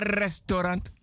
restaurant